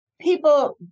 people